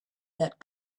that